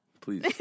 Please